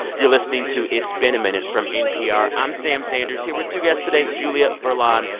you're listening to it's been a minute from npr. i'm sam sanders here with two guests today julia furlan,